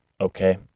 Okay